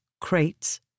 crates